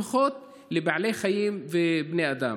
לפחות לבעלי חיים ובני אדם.